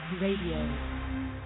Radio